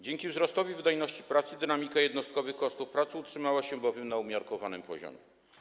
Dzięki wzrostowi wydajności pracy dynamika jednostkowych kosztów pracy utrzymała się bowiem na umiarkowanym poziomie.